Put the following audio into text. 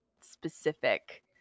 specific